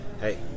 hey